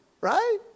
right